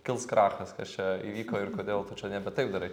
kils krachas kas čia įvyko ir kodėl tu čia nebe taip darai